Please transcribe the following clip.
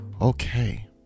okay